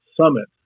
summit